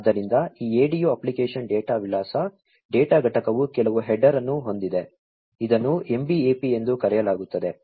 ಆದ್ದರಿಂದ ಈ ADU application data ವಿಳಾಸ ಡೇಟಾ ಘಟಕವು ಕೆಲವು ಹೆಡರ್ ಅನ್ನು ಹೊಂದಿದೆ ಇದನ್ನು MBAP ಎಂದು ಕರೆಯಲಾಗುತ್ತದೆ